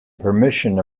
permission